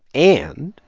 and.